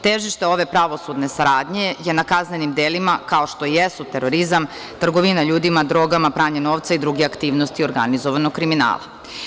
Težište ove pravosudne saradnje je na kaznenim delima kao što su terorizam, trgovina ljudima, drogom, pranje novca i druge aktivnosti organizovanog kriminala.